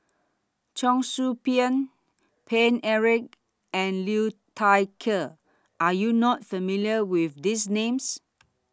Cheong Soo Pieng Paine Eric and Liu Thai Ker Are YOU not familiar with These Names